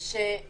שהם